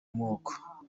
moko